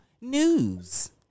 news